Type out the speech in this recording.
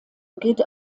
geht